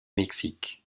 mexique